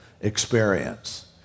experience